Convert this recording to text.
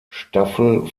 staffel